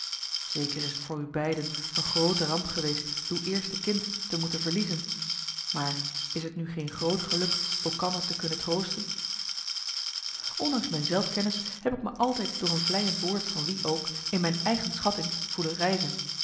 zeker is t voor u beiden een groote ramp geweest uw eerste kind te moeten vermarcellus emants een nagelaten bekentenis liezen maar is t nu geen groot geluk elkander te kunnen troosten ondanks mijn zelf kennis heb ik me altijd door een vleiend woord van wie ook in mijn eigen schatting voelen rijzen